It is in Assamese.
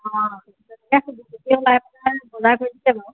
অঁ